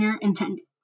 intended